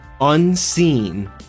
unseen